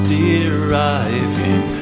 deriving